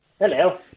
Hello